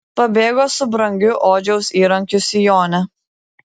pabėgo su brangiu odžiaus įrankiu sijone